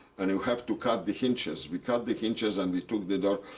and you have to cut the hinges. we cut the hinges, and we took the door.